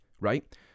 right